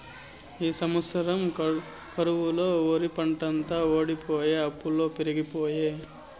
ఈ సంవత్సరం కరువుతో ఒరిపంటంతా వోడిపోయె అప్పులు పెరిగిపాయె